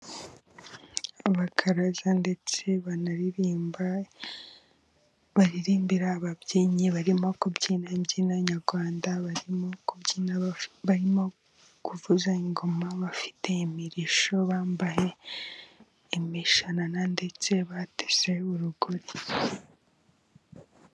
Abakaraza ndetse banaririmba, baririmbira ababyinnyi barimo kubyina imbyino nyarwanda, barimo kubyina barimo kuvuza ingoma bafite imirishyo, bambaye n'imishanana ndetse bateze urugori.